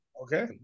Okay